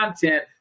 content